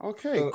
Okay